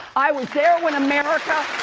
i was there when america